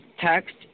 text